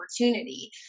opportunity